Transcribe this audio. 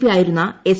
P ആയിരുന്ന S